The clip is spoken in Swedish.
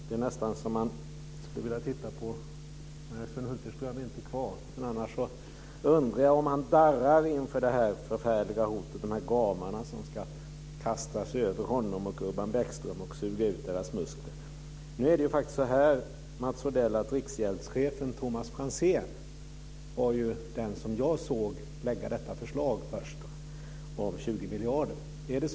Sven Hulterström är nu inte kvar i kammaren. Men jag undrar om han darrar inför det förfärliga hotet om gamarna som ska kasta sig över honom och Urban Bäckström och suga ut deras muskler. Riksgäldschefen Thomas Franzén var den som jag först såg lägga fram detta förslag om 20 miljarder, Mats Odell.